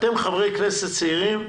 אתם חברי כנסת צעירים,